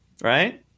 right